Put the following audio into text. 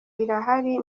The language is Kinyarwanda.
irahari